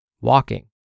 walking